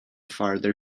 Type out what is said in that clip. farther